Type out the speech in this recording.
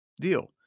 deal